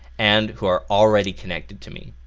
and who are already connected to me.